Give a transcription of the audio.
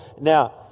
Now